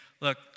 look